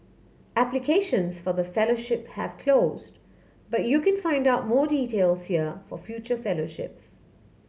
applications for the fellowship have closed but you can find out more details here for future fellowships